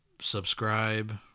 Subscribe